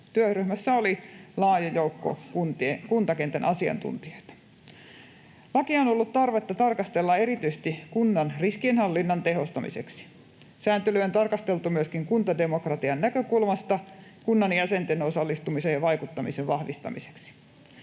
Työryhmässä oli laaja joukko kuntakentän asiantuntijoita. Lakia on ollut tarvetta tarkastella erityisesti kunnan riskienhallinnan tehostamiseksi. Sääntelyä on tarkasteltu myöskin kuntademokratian näkökulmasta kunnan jäsenten osallistumisen ja vaikuttamisen vahvistamiseksi.